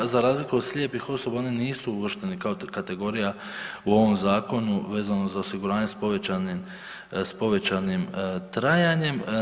Za razliku od slijepih osoba, oni nisu uvršteni kao kategorija u ovom Zakonu vezano za osiguranje s povećanim trajanjem.